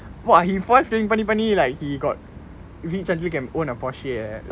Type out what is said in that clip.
!wah! he forex trading பண்ணி பண்ணி:panni panni like he got rich until can own a porsche eh